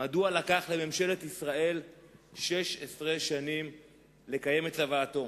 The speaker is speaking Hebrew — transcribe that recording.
מדוע לקח לממשלת ישראל 16 שנים לקיים את צוואתו,